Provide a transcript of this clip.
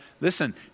listen